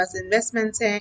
investments